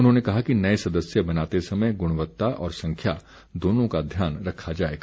उन्होंने कहा कि नए सदस्य बनाते समय गुणवत्ता और संख्या दोनों का ध्यान रखा जाएगा